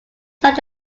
such